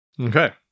Okay